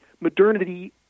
modernity